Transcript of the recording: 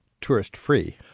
tourist-free